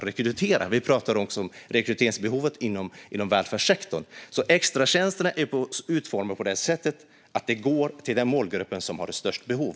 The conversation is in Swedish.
Vi pratar alltså även om rekryteringsbehovet inom denna sektor. Extratjänsterna är utformade på det sättet att de går till den målgrupp som har störst behov.